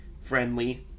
friendly